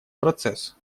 процесс